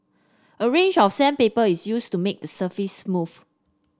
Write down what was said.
a range of sandpaper is used to make the surface smooth